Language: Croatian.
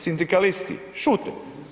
Sindikalisti šute.